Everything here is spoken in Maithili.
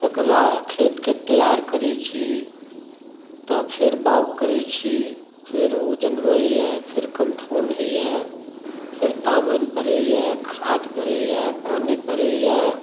एक़रा खेतके तैआर करै छी तऽ फेर बाउ करै छी फेर ओ जनमैया फेर कंठौन होइया फेर तामैन पारैया खाद परैया पानी परैया